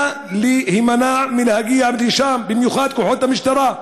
לכן, נא להימנע מלהגיע לשם, במיוחד כוחות המשטרה.